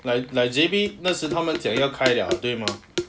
like like J_B 那时他们讲要开了对吗